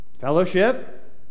fellowship